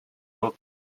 pop